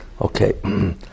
Okay